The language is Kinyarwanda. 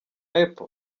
apple